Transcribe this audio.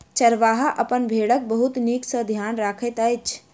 चरवाहा अपन भेड़क बहुत नीक सॅ ध्यान रखैत अछि